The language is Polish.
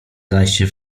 zajście